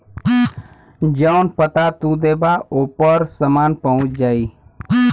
जौन पता तू देबा ओपर सामान पहुंच जाई